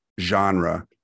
genre